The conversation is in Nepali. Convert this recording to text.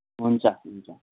हुन्छ हुन्छ